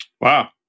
Wow